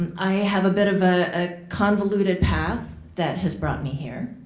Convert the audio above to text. um i have a bit of ah a convoluted path that has brought me here.